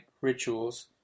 rituals